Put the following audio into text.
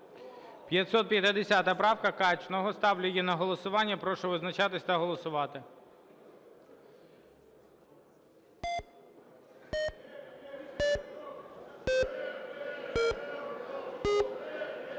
550 правка Качного. Ставлю її на голосування. Прошу визначатись та голосувати.